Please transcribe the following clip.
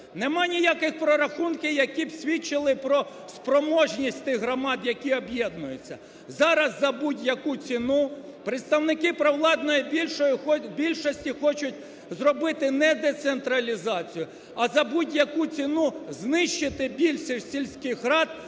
Немає ніяких прорахунків, які б свідчили про спроможність тих громад, які об'єднуються. Зараз за будь-яку ціну представники провладної більшості хочуть зробити не децентралізацію, а за будь-яку ціну знищити більшість сільських рад